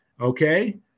okay